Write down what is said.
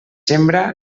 sembra